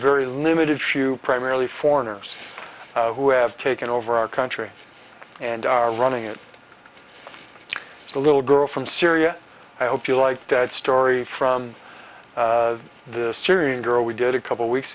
very limited shoe primarily foreigners who have taken over our country and are running it as a little girl from syria i hope you like that story from the syrian girl we did a couple weeks